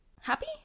happy